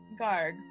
Gargs